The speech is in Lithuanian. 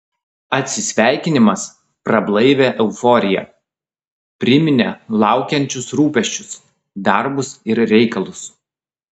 atsisveikinimas prablaivė euforiją priminė laukiančius rūpesčius darbus ir reikalus